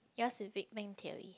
yours in big bang theory